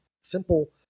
simple